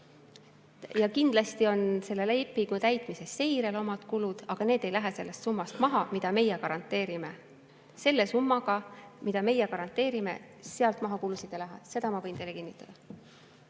Kindlasti on selle lepingu täitmise seirel omad kulud, aga need ei lähe maha sellest summast, mida meie garanteerime. Sellest summast, mida meie garanteerime, kulusid maha ei lähe, seda ma võin teile kinnitada.